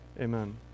Amen